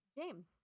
James